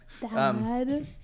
Dad